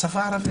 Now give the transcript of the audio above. גם